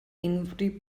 unrhyw